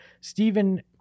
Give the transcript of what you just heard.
Stephen